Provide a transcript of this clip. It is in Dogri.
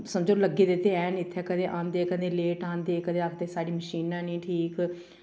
समझो लग्गे दे ते हैन इत्थें कदें आंदे कदें लेट आंदे कदें आखदे साढ़ी मशीनां निं ठीक